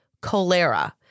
cholera